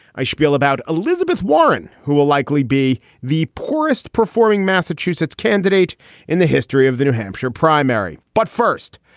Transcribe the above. i shpiel about elizabeth warren, who will likely be the poorest performing massachusetts candidate in the history of the new hampshire primary. but first,